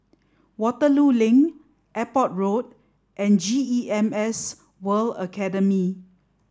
Waterloo Link Airport Road and G E M S World Academy